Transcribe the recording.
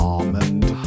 Almond